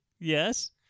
Yes